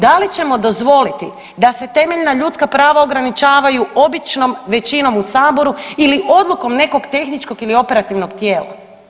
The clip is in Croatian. Da li ćemo dozvoliti da se temeljna ljudska prava ograničavaju običnom većinom u Saboru ili odlukom nekog tehničkog ili operativnog tijela?